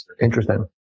Interesting